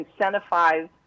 incentivize